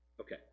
Okay